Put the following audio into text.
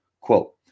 quote